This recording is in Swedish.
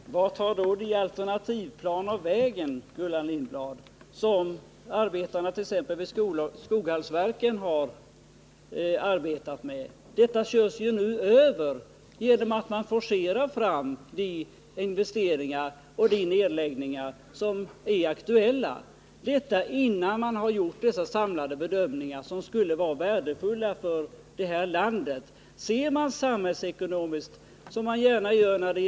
Herr talman! Vart tar då de alternativa planer vägen. Gullan Lindblad. som arbetarna t.ex. vid Skoghallsverken har utarbetat? De körs ju över genom att man forcerar fram de investeringar och nedläggningar som är aktuella. Dessa åtgärder vidtas alltså innan man har gjort de samlade bedömningar som skulle vara värdefulla för hela landet. Om man verkligen ser samhällsekonomiskt på dessa problem.